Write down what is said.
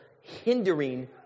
hindering